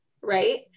right